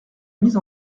mise